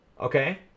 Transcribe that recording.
Okay